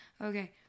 Okay